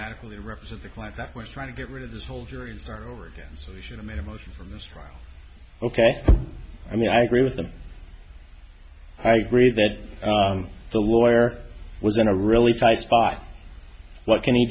adequately represent the client that was trying to get rid of this whole jury and start over again so they should've made a motion for mistrial ok i mean i agree with them i agree that the lawyer was in a really tight spot what can